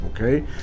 Okay